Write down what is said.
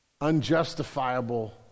Unjustifiable